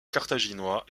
carthaginois